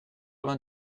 vingt